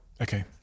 Okay